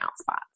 spots